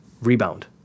Rebound